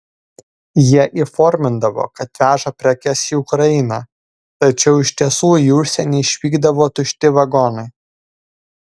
jie įformindavo kad veža prekes į ukrainą tačiau iš tiesų į užsienį išvykdavo tušti vagonai